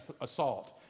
assault